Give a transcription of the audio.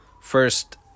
first